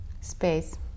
Space